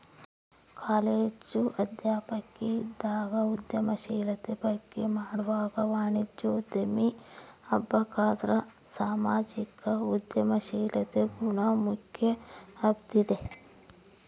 college ಅಧ್ಯಾಪಕಿ ಇದ್ದಾಗ ಉದ್ಯಮಶೀಲತೆ ಬಗ್ಗೆ ಮಾಡ್ವಾಗ ವಾಣಿಜ್ಯೋದ್ಯಮಿ ಆಬಕಂದ್ರ ಸಾಮಾಜಿಕ ಉದ್ಯಮಶೀಲತೆ ಗುಣ ಮುಖ್ಯ ಅಂಬ್ತಿದ್ದೆ